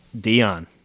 Dion